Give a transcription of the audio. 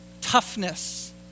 toughness